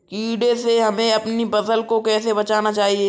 कीड़े से हमें अपनी फसल को कैसे बचाना चाहिए?